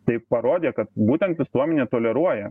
tai parodė kad būtent visuomenė toleruoja